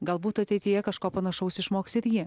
galbūt ateityje kažko panašaus išmoks ir ji